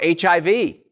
HIV